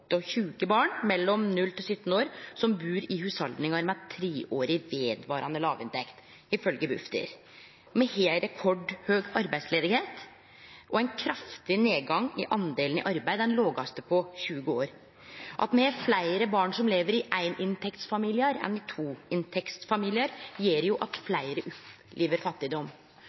barn mellom 0 og 17 år som bor i hushald med treårig vedvarande låg inntekt, ifølgje Bufdir. Me har rekordhøg arbeidsløyse og ein kraftig nedgang i delen i arbeid, den lågaste på 20 år. At me har fleire barn som lever i familiar med ei inntekt enn i familiar med to inntekter, gjer jo at fleire opplever fattigdom.